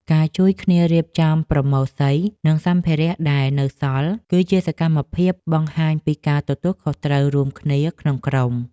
ការជួយគ្នារៀបចំប្រមូលសី និងសម្ភារៈដែលនៅសល់ គឺជាសកម្មភាពបង្ហាញពីការទទួលខុសត្រូវរួមគ្នាក្នុងក្រុម។